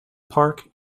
park